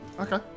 Okay